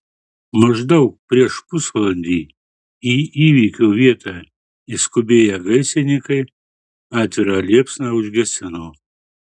maždaug prieš pusvalandį į įvykio vietą išskubėję gaisrininkai atvirą liepsną užgesino